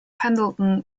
pendleton